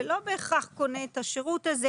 ולא בהכרח קונה את השירות הזה